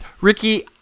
Ricky